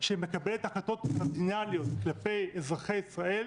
שמקבלת החלטות קרדינליות כלפי אזרחי ישראל,